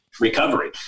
recovery